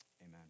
amen